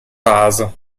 vaso